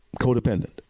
codependent